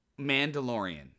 Mandalorian